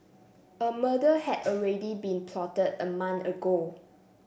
a murder had already been plotted a month ago